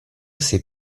sei